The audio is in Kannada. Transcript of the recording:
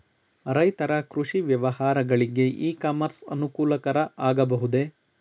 ರೈತರ ಕೃಷಿ ವ್ಯವಹಾರಗಳಿಗೆ ಇ ಕಾಮರ್ಸ್ ಅನುಕೂಲಕರ ಆಗಬಹುದೇ?